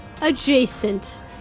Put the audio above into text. adjacent